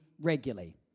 regularly